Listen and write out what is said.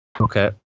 Okay